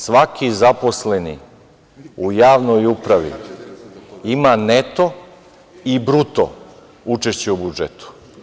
Svaki zaposleni u javnoj upravi ima neto i bruto učešća u budžetu.